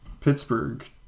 Pittsburgh